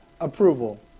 approval